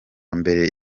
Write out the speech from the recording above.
mbere